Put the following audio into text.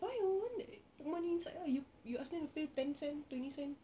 why you want the put money inside ah you you ask them to pay ten cent twenty cent